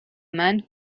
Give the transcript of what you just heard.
man